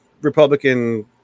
Republican